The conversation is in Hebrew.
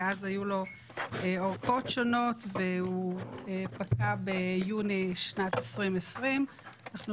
מאז היו לו אורכות שונות והוא פקע ביוני 2020. אנחנו